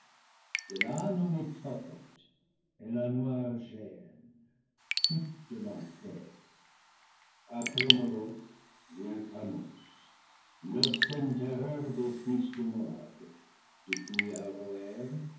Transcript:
de là nommée tophet et la noire géhenne type de l'enfer après moloch vient chamos l'obscène terreur des fils de moab depuis